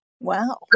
Wow